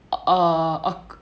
err okay